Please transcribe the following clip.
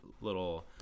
little